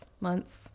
months